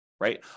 right